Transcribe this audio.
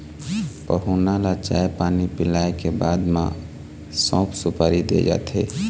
पहुना ल चाय पानी पिलाए के बाद म सउफ, सुपारी दे जाथे